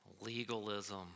legalism